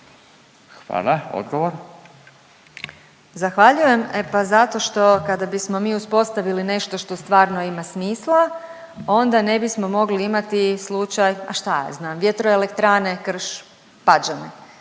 i prezimenom)** Zahvaljujem. E pa zato što, kada bismo mi uspostavili nešto što stvarno ima smisla, onda ne bismo mogli imati slučaj, a šta ja znam, vjetroelektrane Krš-Pađene.